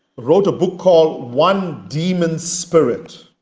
wrote a book called one demons spirit